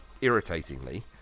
irritatingly